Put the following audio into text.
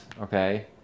okay